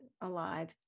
alive